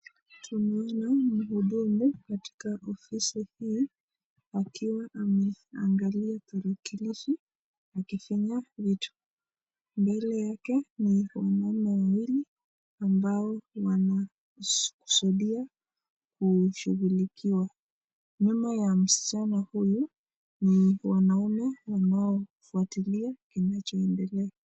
Tunaona mhudumu katika ofisi hii akiwa amengalia talakilishi akifinya hitu, mbele yake kuna watu wawili ambao wanasubiri kushughulikiwa, nyuma ya msichana huyu ni wanume wanaofwatilia kinachoedelea.